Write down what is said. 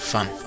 Fun